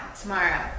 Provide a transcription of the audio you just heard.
tomorrow